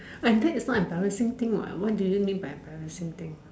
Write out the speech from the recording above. and that is not embarrassing thing what what do you mean by embarrassing thing